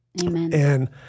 Amen